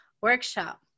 Workshop